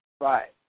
Right